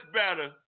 better